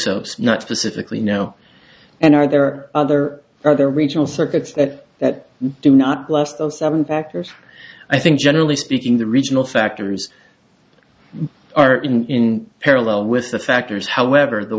soaps not specifically know and are there other are there regional circuits that do not blast on seven factors i think generally speaking the regional factors are in parallel with the factors however the